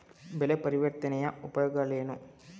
ಬೆಳೆ ಪರಿವರ್ತನೆಯ ಉಪಯೋಗವೇನು?